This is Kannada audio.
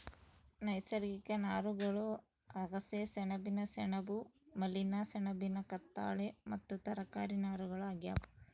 ನೈಸರ್ಗಿಕ ನಾರುಗಳು ಅಗಸೆ ಸೆಣಬಿನ ಸೆಣಬು ಮನಿಲಾ ಸೆಣಬಿನ ಕತ್ತಾಳೆ ಮತ್ತು ತರಕಾರಿ ನಾರುಗಳು ಆಗ್ಯಾವ